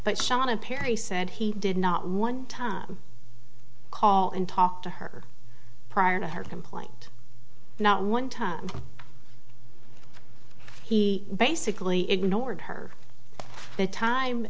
perry said he did not one time call and talk to her prior to her complaint not one time he basically ignored her the time